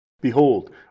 Behold